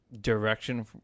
Direction